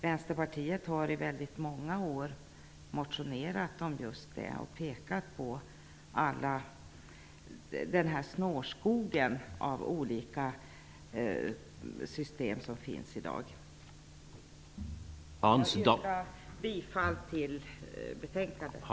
Vänsterpartiet har i många år motionerat om just det och pekat på den snårskog av olika system som finns i dag. Jag yrkar bifall till utskottets hemställan.